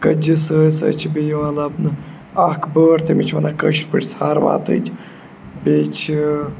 کٔتجہِ سۭتۍ سۭتۍ چھِ بیٚیہِ یِوان لَبنہٕ اَکھ بٲرڑ تٔمِس چھِ وَنان کٲشِر پٲٹھۍ ہار واتٕچ بیٚیہِ چھِ